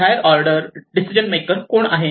higher order decision maker कोण आहे